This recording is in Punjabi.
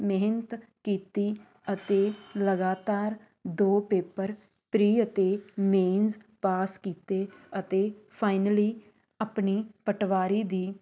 ਮਿਹਨਤ ਕੀਤੀ ਅਤੇ ਲਗਾਤਾਰ ਦੋ ਪੇਪਰ ਪ੍ਰੀ ਅਤੇ ਮੇਨਜ਼ ਪਾਸ ਕੀਤੇ ਅਤੇ ਫਾਈਨਲੀ ਆਪਣੀ ਪਟਵਾਰੀ ਦੀ